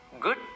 good